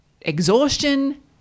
exhaustion